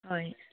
হয়